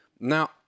Now